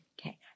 Okay